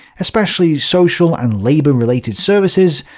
especially social and labor-related services,